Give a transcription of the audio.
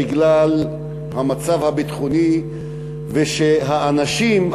בגלל המצב הביטחוני ושהאנשים,